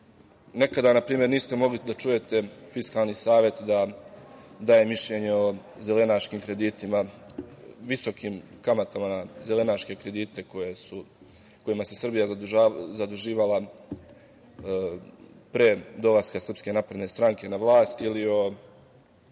na primer, niste mogli da čujete Fiskalni savet da je mišljenje o zelenaškim kreditima, visokim kamatama na zelenaške kredite kojima se Srbija zaduživala pre dolaska SNS na vlast.